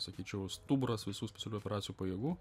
sakyčiau stuburas visų specialių operacijų pajėgų